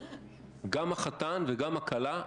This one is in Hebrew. לגבי הפרנסה שלהם.